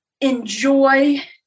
enjoy